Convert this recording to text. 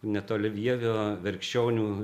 netoli vievio verkšionių